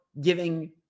giving